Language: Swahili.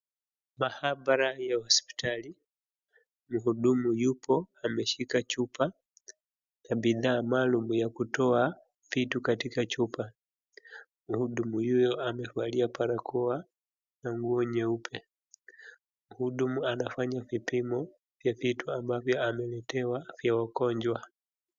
Maabara ya hospitali, mhudumu yuko ameshika chupa na bidhaa maalum ya kutoa vitu katika chupa. Mhudumu huyu amevalia barakoa na nguo nyeupe. Mhudumu anafanya kipimo cha vitu ambavyo ameletewa na mgonjwa.